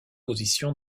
position